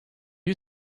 you